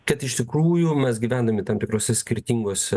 kad iš tikrųjų mes gyvendami tam tikruose skirtinguose